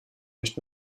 nicht